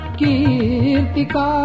kirtika